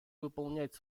выполнять